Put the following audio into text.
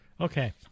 Okay